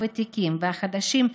הוותיקים והחדשים,